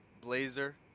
blazer